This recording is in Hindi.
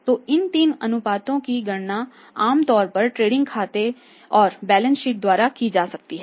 तो इन तीन अनुपातों की गणना आमतौर पर ट्रेडिंग खाते और बैलेंस शीट द्वारा की जा सकती है